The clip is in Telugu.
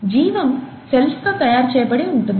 జీవం సెల్స్ తో తయారు చేయబడి ఉంటుంది